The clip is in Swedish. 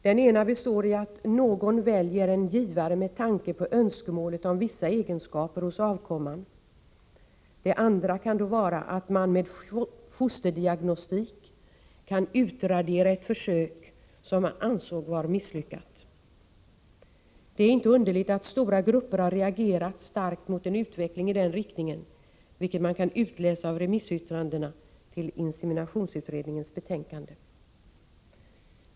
Den ena består i att någon väljer en givare med tanke på önskemålet om vissa egenskaper hos avkomman, den andra är att man med fosterdiagnostik kan utradera ett försök som man anser vara misslyckat. Det är inte underligt att stora grupper har reagerat starkt mot en utveckling i den riktningen, vilket man kan utläsa av remissyttrandena till inseminationsutredningens betänkande.